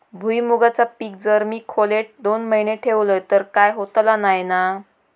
भुईमूगाचा पीक जर मी खोलेत दोन महिने ठेवलंय तर काय होतला नाय ना?